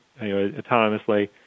autonomously